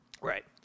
Right